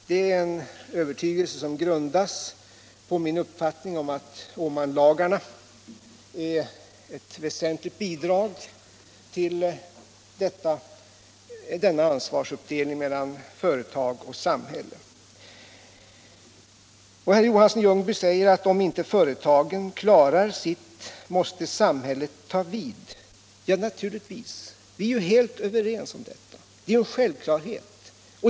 Det är en övertygelse som grundas på min uppfattning att Åmanlagarna är ett väsentligt bidrag till denna ansvarsuppdelning mellan företag och samhälle. Herr Johansson i Ljungby säger att om inte företagen klarar sitt, måste samhället ta vid. Ja, naturligtvis, vi är ju helt överens om detta — det är en självklarhet.